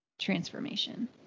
transformation